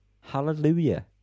Hallelujah